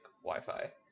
Wi-Fi